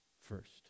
first